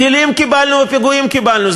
טילים קיבלנו ופיגועים קיבלנו.